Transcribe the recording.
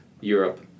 Europe